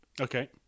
Okay